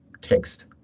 text